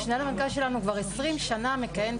המשנה למנכ"ל שלנו כבר 20 שנה מכהן בתפקיד.